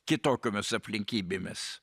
kitokiomis aplinkybėmis